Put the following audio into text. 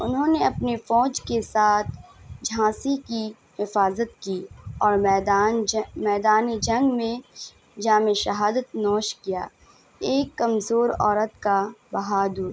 انہوں نے اپنے فوج کے ساتھ جھانسی کی حفاظت کی اور میدان میدانی جنگ میں جامِ شہادت نوش کیا ایک کمزور عورت کا بہادور